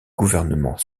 gouvernement